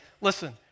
listen